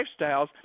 lifestyles